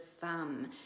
thumb